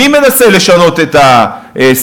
מי מנסה לשנות את הסטטוס-קוו,